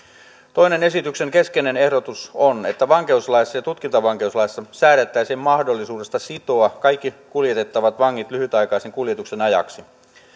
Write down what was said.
toinen esityksen keskeinen ehdotus on että vankeuslaissa ja tutkintavankeuslaissa säädettäisiin mahdollisuudesta sitoa kaikki kuljetettavat vangit lyhytaikaisen kuljetuksen ajaksi